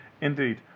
Indeed